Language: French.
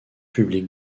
publique